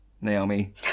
naomi